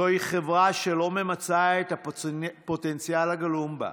זוהי חברה שלא ממצה את הפוטנציאל הגלום בה,